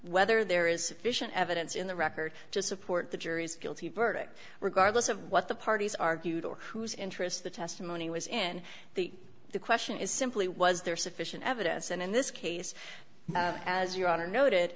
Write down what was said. whether there is sufficient evidence in the record to support the jury's guilty verdict regardless of what the parties argued or whose interest the testimony was in the question is simply was there sufficient evidence and in this case as your honor noted